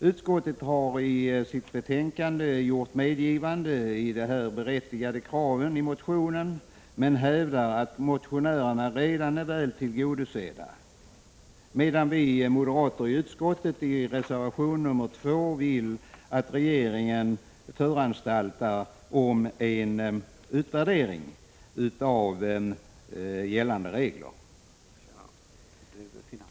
Utskottet har i sitt betänkande gjort medgivanden om det berättigade i kraven i motionen, men hävdar att motionärerna redan är väl tillgodosedda. Vi moderater i utskottet begär däremot i reservation 2 att regeringen föranstaltar om en utvärdering av gällande regler.